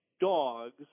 dogs